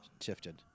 shifted